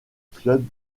club